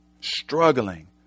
struggling